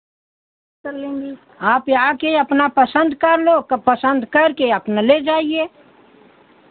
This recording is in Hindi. आप आके अपना पसंद कर लो पसंद करके अपना ले जाइए